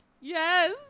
Yes